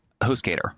HostGator